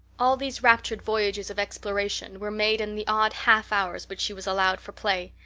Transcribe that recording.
all these raptured voyages of exploration were made in the odd half hours which she was allowed for play,